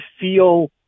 feel